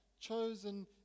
chosen